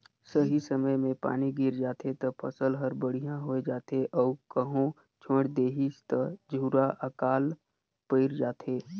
सही समय मे पानी गिर जाथे त फसल हर बड़िहा होये जाथे अउ कहो छोएड़ देहिस त झूरा आकाल पइर जाथे